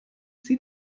sie